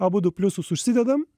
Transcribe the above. abudu pliusus užsidedam